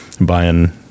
buying